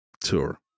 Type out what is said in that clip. tour